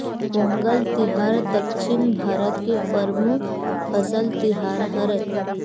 पोंगल तिहार दक्छिन भारत के परमुख फसल तिहार हरय